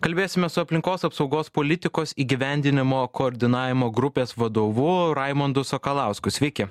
kalbėsime su aplinkos apsaugos politikos įgyvendinimo koordinavimo grupės vadovu raimundu sakalausku sveiki